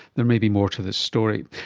there may be more to this story.